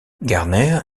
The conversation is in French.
garner